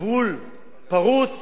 גבול פרוץ,